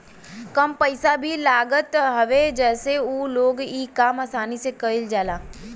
कम पइसा भी लागत हवे जसे उ लोग इ काम आसानी से कईल जाला